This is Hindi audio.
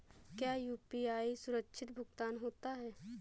क्या यू.पी.आई सुरक्षित भुगतान होता है?